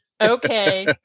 Okay